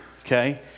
okay